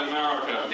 America